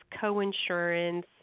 co-insurance